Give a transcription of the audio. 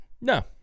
No